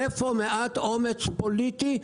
איפה מעט אומץ פוליטי?